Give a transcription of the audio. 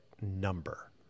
number